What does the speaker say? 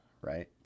right